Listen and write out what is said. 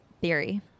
theory